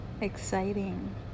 exciting